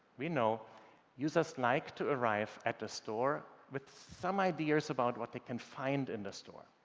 we know users like to arrive at the store with some ideas about what they can find in the store.